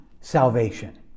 salvation